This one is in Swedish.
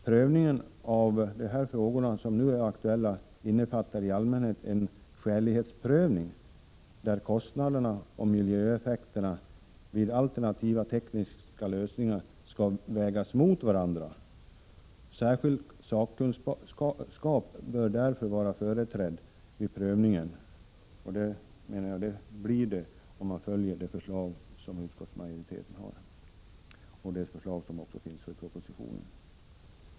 Prövningen av de frågor som här är aktuella innefattar i allmänhet en skälighetsprövning, där kostnaderna och miljöeffekterna vid alternativa, tekniska lösningar skall vägas mot varandra. Särskild sakkunskap bör därför vara företrädd vid prövningen. Så blir också fallet om man bifaller utskottsmajoritetens förslag i enlighet med propositionen.